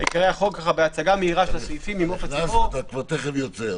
עיקרי החוק בהצגה מהירה של הסעיפים --- נכנסת ואתה כבר תכף יוצא,